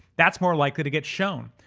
that's more likely to get shown.